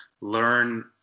learn